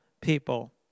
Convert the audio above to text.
people